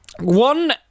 One